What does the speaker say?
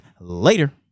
later